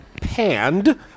panned